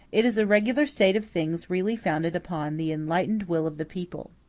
it is a regular state of things really founded upon the enlightened will of the people.